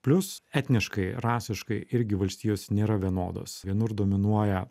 plius etniškai rasiškai irgi valstijos nėra vienodos vienur dominuoja